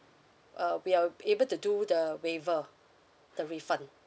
uh we are able to do the waiver the refund